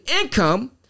income